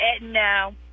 No